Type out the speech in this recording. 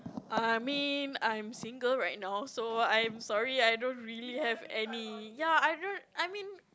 I mean I'm single right now so I'm sorry I don't really have any ya I don't I mean